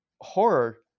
horror